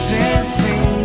dancing